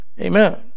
amen